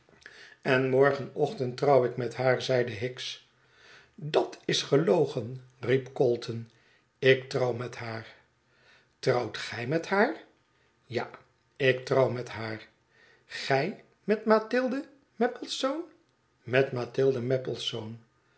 en morgenochtend trouw ik met haar zeide hicks dat is gelogen riep calton ik trouw met haar trouwt gij met haar ja ik trouw met haar gij met mathilde maplesone met mathilde